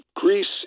Greece